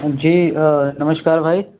جی نمشکار بھائی